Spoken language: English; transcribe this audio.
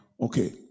Okay